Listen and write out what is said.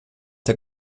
der